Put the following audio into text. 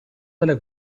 delle